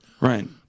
Right